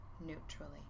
neutrally